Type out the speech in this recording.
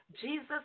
Jesus